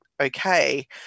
okay